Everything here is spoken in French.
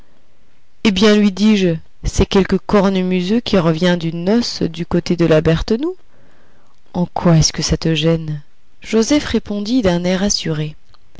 eh bien lui dis-je c'est quelque cornemuseux qui revient d'une noce du côté de la berthenoux en quoi est-ce que ça te gêne joseph répondit d'un air assuré